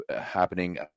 happening